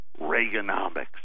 Reaganomics